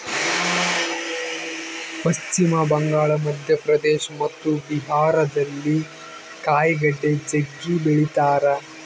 ಪಶ್ಚಿಮ ಬಂಗಾಳ, ಮಧ್ಯಪ್ರದೇಶ ಮತ್ತು ಬಿಹಾರದಲ್ಲಿ ಕಾಯಿಗಡ್ಡೆ ಜಗ್ಗಿ ಬೆಳಿತಾರ